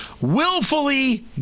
willfully